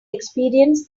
experience